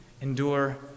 endure